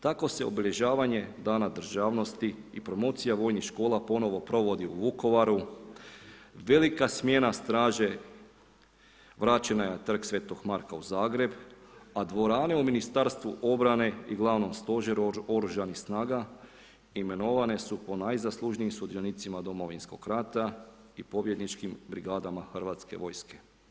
Tako se obilježavanje Dana državnosti i promocija vojnih škola ponovo provodi u Vukovaru, velika smjena straže vraćena je na Trg svetog Marka u Zagreb, a dvorane u Ministarstvu obrane i glavnom stožeru oružanih snaga imenovane su po najzaslužnijim sudionicima Domovinskog rata i pobjedničkim brigadama Hrvatske vojske.